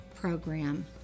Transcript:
program